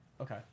Okay